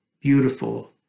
beautiful